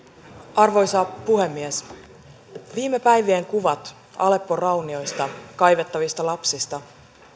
arvoisa puhemies viime päivien kuvat aleppon raunioista kaivettavista lapsista